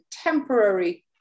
temporary